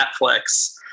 netflix